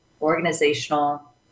organizational